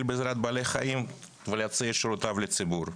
בעזרת בעלי חיים ולהציע את שירותיו לציבור.